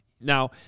now